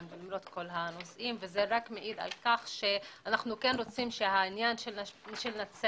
וזה רק מעיד על כך שאנחנו כן רוצים שהעניין של נצרת,